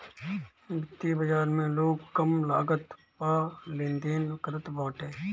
वित्तीय बाजार में लोग कम लागत पअ लेनदेन करत बाटे